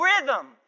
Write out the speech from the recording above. rhythm